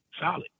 solid